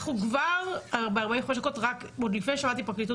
אנחנו כבר ב-45 דקות עוד לפני ששמענו את פרקליטות